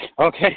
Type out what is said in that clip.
Okay